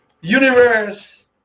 universe